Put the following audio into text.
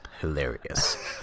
hilarious